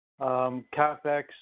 CapEx